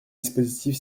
dispositif